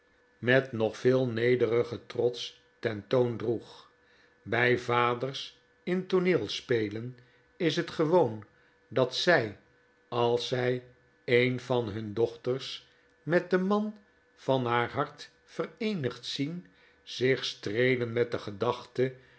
met nog meer nederigen trots ten toon droeg bij vaders in tooneelspelen is het gewoon dat zij als zij een van hun dochters met den man van haar hart vereenigd zien zich streelen met de gedachte